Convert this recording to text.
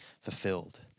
fulfilled